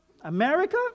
America